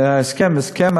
ההסכם הוא הסכם,